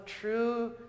true